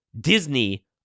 Disney